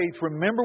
Remember